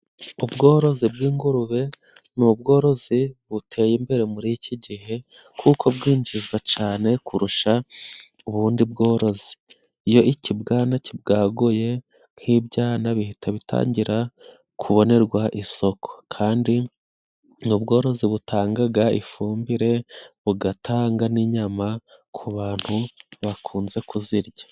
Ubworozi bw'ingurube ni ubworozi buteye imbere muri iki gihe, kuko bwinjiza cane kurusha ubundi bworozi. Iyo ikibwana kibwaguye nk'ibyana bihita bitangira kubonerwa isoko, kandi ni ubworozi butangaga ifumbire, bugatanga n'inyama ku bantu bakunze kuzirya.